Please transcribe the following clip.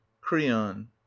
creon